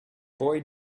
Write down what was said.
boy